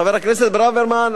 חבר הכנסת ברוורמן,